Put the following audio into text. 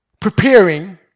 preparing